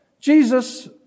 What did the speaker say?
Jesus